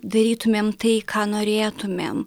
darytumėm tai ką norėtumėm